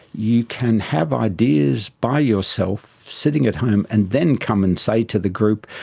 you can have ideas by yourself sitting at home and then come and say to the group,